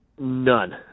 None